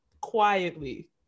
quietly